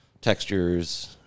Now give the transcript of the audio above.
textures